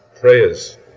prayers